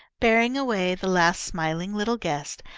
bearing away the last smiling little guest,